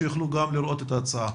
שיוכלו גם לראות את ההצעה.